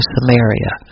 Samaria